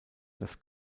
das